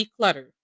declutter